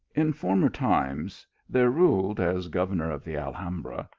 in former times there ruled, as governor of the alhambra,